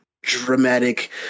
dramatic